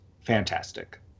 fantastic